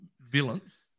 villains